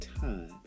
time